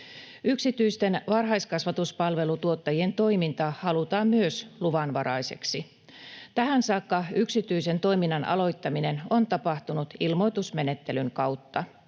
Yksityisten varhaiskasvatuspalvelutuottajien toiminta halutaan myös luvanvaraiseksi. Tähän saakka yksityisen toiminnan aloittaminen on tapahtunut ilmoitusmenettelyn kautta.